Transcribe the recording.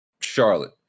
Charlotte